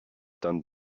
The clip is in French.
teinte